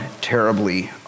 terribly